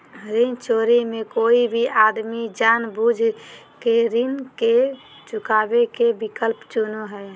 ऋण चोरी मे कोय भी आदमी जानबूझ केऋण नय चुकावे के विकल्प चुनो हय